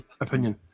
opinion